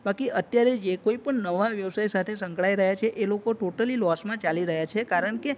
બાકી અત્યારે જે કોઈપણ નવા વ્યવસાય સાથે સંકળાઈ રહ્યા છે એ લોકો ટોટલી લોસમાં ચાલી રહ્યા છે કારણકે